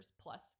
plus